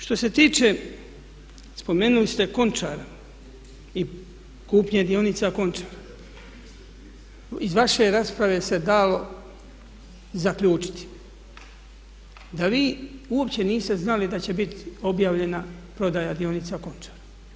Što se tiče spomenuli ste Konačara, i kupnje dionica Končara iz vaše rasprave se dalo zaključiti da vi uopće niste znali da će biti objavljena prodaja dionica Končar.